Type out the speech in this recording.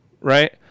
right